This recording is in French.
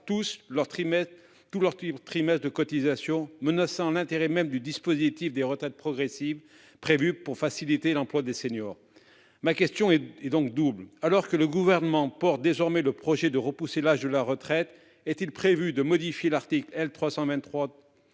tous leurs trimestres de cotisation, menaçant ainsi l'intérêt même du dispositif des retraites progressives, prévu pour faciliter l'emploi des seniors. Ma question est donc double : alors que le projet du Gouvernement est désormais de repousser l'âge de départ à la retraite, est-il prévu de modifier l'article L. 323-2